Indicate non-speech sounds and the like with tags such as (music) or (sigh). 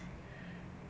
(breath)